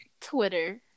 Twitter